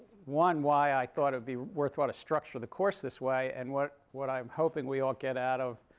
one, why i thought it'd be worthwhile to structure the course this way, and what what i'm hoping we all get out of